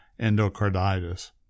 endocarditis